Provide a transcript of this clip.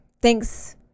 Thanks